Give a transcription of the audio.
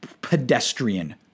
pedestrian